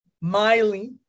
Miley